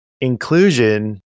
inclusion